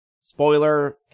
spoiler